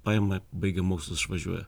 paima baigia mokslus išvažiuoja